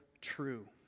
true